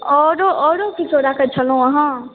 औरो औरो किछौ रखै छलहुॅं अहाँ